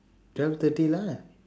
twelve thirty lah